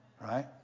right